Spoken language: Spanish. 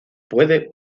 puede